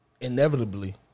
inevitably